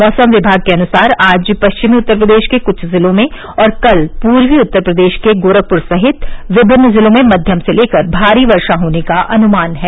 मौसम विभाग के अनुसार आज पश्चिमी उत्तर प्रदेश के कुछ जिलों में और कल पूर्वी उत्तर प्रदेश के गोरखपुर सहित विभिन्न जिलों में मध्यम से लेकर भारी वर्षा होने का अनुमान है